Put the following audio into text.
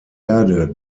erde